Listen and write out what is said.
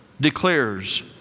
declares